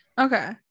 Okay